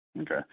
Okay